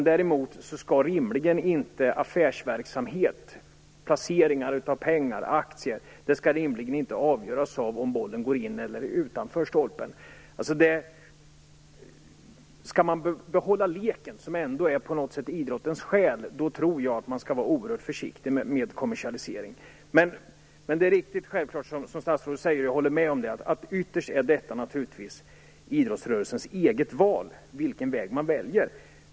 Däremot skall rimligen inte affärsverksamhet - placeringar av pengar, aktier - avgöras av om bollen går innanför eller utanför stolpen. Leken är ändå idrottens själ. Om man skall behålla den tror jag att man skall vara oerhört försiktig med kommersialisering. Jag håller med statsrådet om att det ytterst är idrottsrörelsen själv som väljer vilken väg man skall gå.